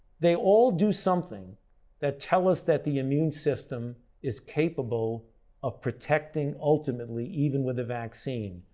they all do something that tell us that the immune system is capable of protecting ultimately even with a vaccine.